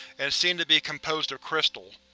and seemed to be composed of crystal.